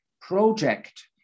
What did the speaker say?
project